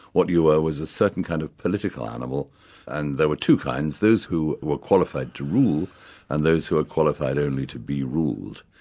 what you were was a certain kind of political animal and there were two kinds, those who were qualified to rule and those who were qualified only to be ruled.